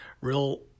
Real